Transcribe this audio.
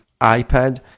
iPad